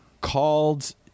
called